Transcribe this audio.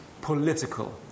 political